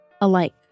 alike